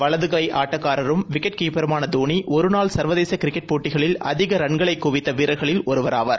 வலது கை ஆட்டக்காரர் மற்றும் விக்கெட் கீப்பருமானதோனி ஒருநாள் சர்வதேசகிரிக்கெட் போட்டிகளில் அதிகரன்களைகுவித்தவீரர்களில் ஒருவராவார்